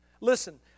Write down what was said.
Listen